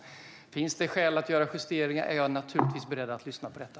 Om det finns skäl att göra justeringar är jag beredd att lyssna på dem.